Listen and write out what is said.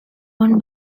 won